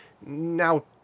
Now